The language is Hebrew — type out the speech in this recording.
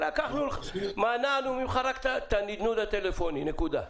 לקחנו, מנענו ממך רק את הנדנוד הטלפוני, נקודה.